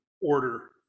order